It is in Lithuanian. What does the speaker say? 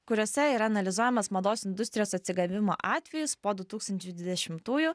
kuriuose yra analizuojamas mados industrijos atsigavimo atvejis po du tūkstančiai dvidešimtųjų